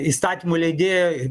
įstatymų leidėjo